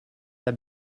had